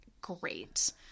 great